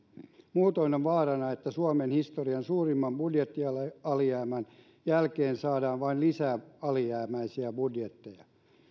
muutoin on vaarana että suomen historian suurimman budjettialijäämän jälkeen saadaan vain lisää alijäämäisiä budjetteja